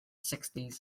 sixties